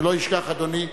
שלא ישכח אדוני,